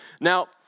Now